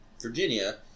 Virginia